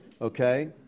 okay